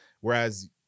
whereas